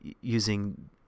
using